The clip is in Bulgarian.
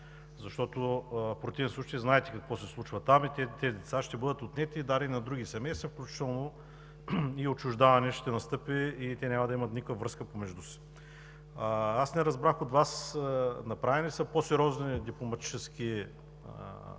Защото в противен случай знаете какво се случва там – тези деца ще бъдат отнети и дадени на други семейства, включително ще настъпи и отчуждаване, и те няма да имат никаква връзка помежду си. Аз не разбрах от Вас предприети ли са по-сериозни дипломатически действия